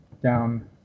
down